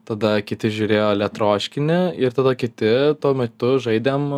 tada kiti žiūrėjo lia troškinį ir tada kiti tuo metu žaidėm